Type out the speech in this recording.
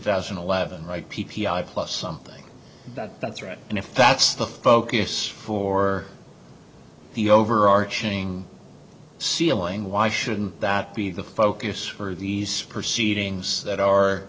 thousand and eleven right p p i plus something that's right and if that's the focus for the overarching ceiling why should that be the focus for these proceedings that are